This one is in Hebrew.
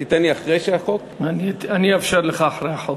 תיתן אחרי שהחוק, אני אאפשר לך אחרי החוק.